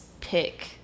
pick